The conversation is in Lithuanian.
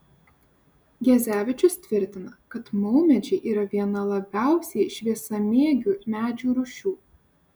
gezevičius tvirtina kad maumedžiai yra viena labiausiai šviesamėgių medžių rūšių